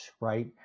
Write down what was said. Right